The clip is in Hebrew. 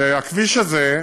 שלכביש הזה,